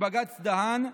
בבג"ץ דהן,